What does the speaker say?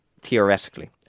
theoretically